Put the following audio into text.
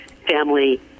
family